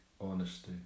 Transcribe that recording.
honesty